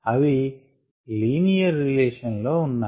అవి linear relation లో ఉన్నాయి